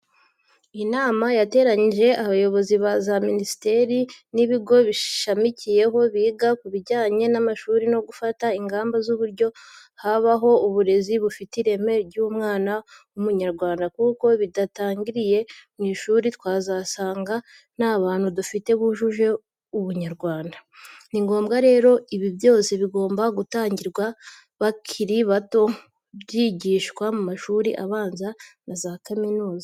Inama yateranije abayobozi ba za minisiteri n'ibigo bishamikiyeho biga kubijyanye n'amashuri no gufata ingamba z'uburyo habaho uburezi bufite ireme ry'umwana w'Umunyarwanda kuko bidatangiriye mu mashuri twazasanga nta bantu dufite bujuje Ubunyarwanda. Ningombwa rero, ibi byose bigomba gutangirwa bakiri bato byigishwa mu mashuri abanza na za kaminuza.